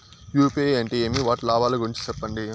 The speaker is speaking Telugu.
యు.పి.ఐ అంటే ఏమి? వాటి లాభాల గురించి సెప్పండి?